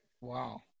Wow